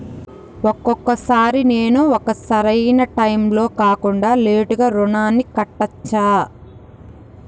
ఒక్కొక సారి నేను ఒక సరైనా టైంలో కాకుండా లేటుగా రుణాన్ని కట్టచ్చా?